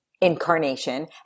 incarnation